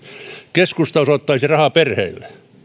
keskusta osoittaisi rahaa perheille